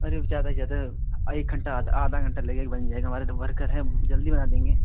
अरे ज़्यादा से ज़्यादा एक घंटा आधा घंटा लगेगा बन जाएगा हमारे जो वर्कर हैं जल्दी बना देंगे